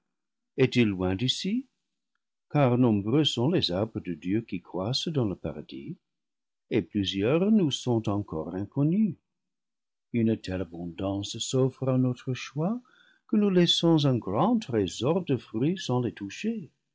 est-il loin d'ici car nombreux sont les arbres de dieu qui croissent dans le paradis et plusieurs nous sont encore inconnus une telle abondance s'offre à notre choix que nous laissons un grand trésor de fruits sans les toucher